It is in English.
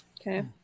Okay